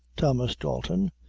thomas dalton,